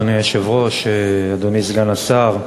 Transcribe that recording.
אדוני היושב-ראש, אדוני סגן השר,